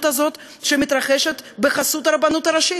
הזאת שמתרחשת בחסות הרבנות הראשית.